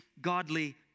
godly